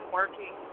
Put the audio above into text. working